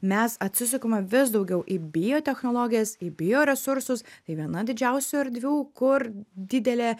mes atsisukame vis daugiau į biotechnologijas į bioresursus tai viena didžiausių erdvių kur didelė